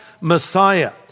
messiah